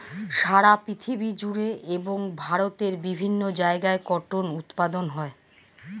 সারা পৃথিবী জুড়ে এবং ভারতের বিভিন্ন জায়গায় কটন উৎপাদন হয়